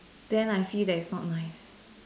then I feel that it's not nice